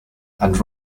and